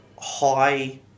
High